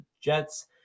Jets